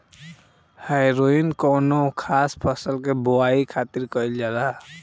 हैरोइन कौनो खास फसल के बोआई खातिर कईल जाला